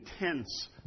intense